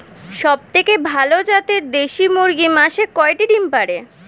সবথেকে ভালো জাতের দেশি মুরগি মাসে কয়টি ডিম পাড়ে?